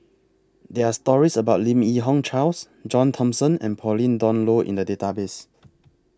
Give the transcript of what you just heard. There Are stories about Lim Yi Yong Charles John Thomson and Pauline Dawn Loh in The Database